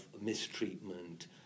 mistreatment